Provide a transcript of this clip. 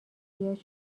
زیاد